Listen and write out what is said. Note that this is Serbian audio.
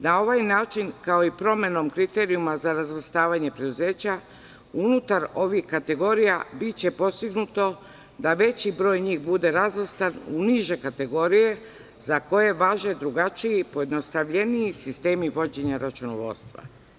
Na ovaj način, kao i promenom kriterijuma za razvrstavanje preduzeća, unutar ovih kategorija biće postignuto da veći broj njih bude razvrstan u niže kategorije za koje važe drugačiji, pojednostavljeniji sistemi vođenja računovodstva.